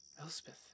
Elspeth